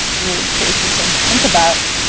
really crazy things to think about.